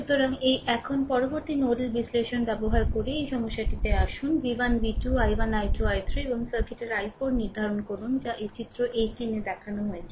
সুতরাং এই এখন পরবর্তী নোডাল বিশ্লেষণ ব্যবহার করে এই সমস্যাটি আসুন v1 v2 i1 i2 i3 এবং সার্কিটের i4 নির্ধারণ করুন যা এই চিত্র 18 তে দেখানো হয়েছে